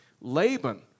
Laban